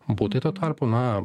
butai tuo tarpu na